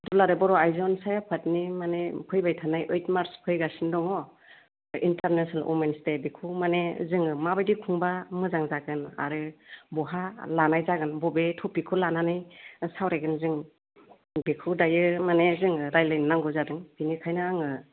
दुलाराय बर' आइजो अनसाय आफादनि माने फैबाय थानाय ओइत मार्च फैगासिनो दङ इन्टारनेसनेल व'मेन्स डेखौ माने जोङो माबायदि खुंबा मोजां जागोन आरो बहा लानाय जागोन बबे टपिकखौ लानानै सावरायगोन जों बेखौ दायो माने जोङो रायज्लायनो नांगौ जादों बेनिखायनो आङो